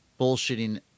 bullshitting